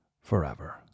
forever